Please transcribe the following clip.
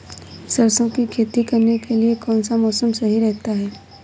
सरसों की खेती करने के लिए कौनसा मौसम सही रहता है?